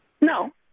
No